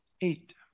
eight